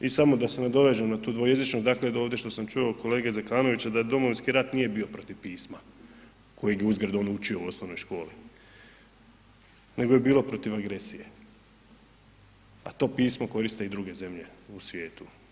I samo da se nadovežem na tu dvojezičnost, dakle ovdje što sam čuo od kolege Zekanovića da Domovinski rat nije bio protiv pisma kojeg je uzgred on učio u osnovnoj školi nego je bilo protiv agresije, a to pismo koriste i druge zemlje u svijetu.